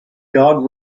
dog